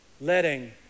letting